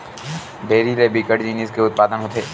dairy ले बिकट जिनिस के उत्पादन होथे